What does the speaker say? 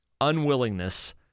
unwillingness